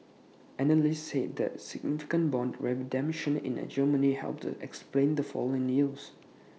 analysts said that A significant Bond redemption in Germany helped explain the fall in yields